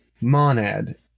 Monad